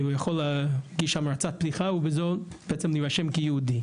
והוא יכול להגיש המלצת פתיחה ובזאת בעצם להירשם כיהודי.